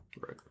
Right